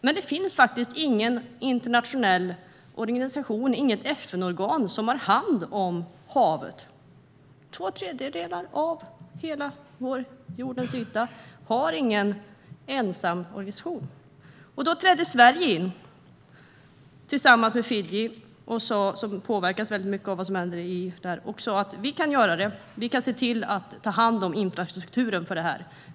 Men det finns faktiskt ingen internationell organisation, inget FN-organ, som har hand om havet. Två tredjedelar av hela jordens yta har ingen egen organisation. Då trädde Sverige in, tillsammans med Fiji, som påverkas mycket av vad som händer, och sa: Vi kan ta hand om infrastrukturen för detta.